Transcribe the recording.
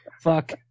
Fuck